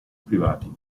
privati